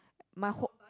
my whole